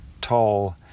tall